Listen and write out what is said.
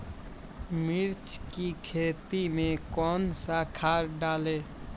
मिर्च की खेती में कौन सा खाद डालें?